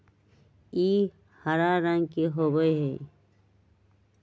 ई हरा रंग के होबा हई